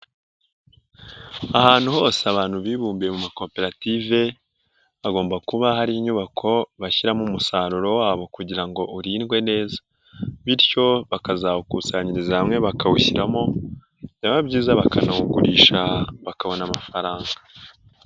Ahantu hose abantu bibumbiye mu makoperative hagomba kuba hari inyubako bashyiramo umusaruro wabo kugira ngo urindwe neza bityo bakazawukusanyiriza hamwe bakawushyiramo, byaba byiza bakanawugurisha bakabona amafaranga.